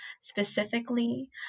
specifically